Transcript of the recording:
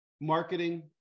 marketing